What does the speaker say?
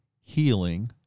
healing